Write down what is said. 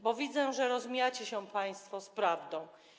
Bo widzę, że rozmijacie się państwo z prawdą.